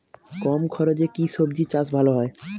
কম খরচে কি সবজি চাষ ভালো হয়?